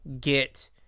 get